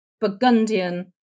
Burgundian